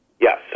Yes